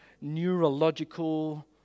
neurological